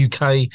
UK